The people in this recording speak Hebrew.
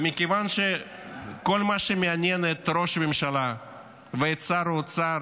מכיוון שכל מה שמעניין את ראש הממשלה ואת שר האוצר